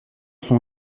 sont